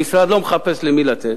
המשרד לא מחפש למי לתת,